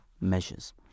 measures